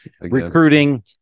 recruiting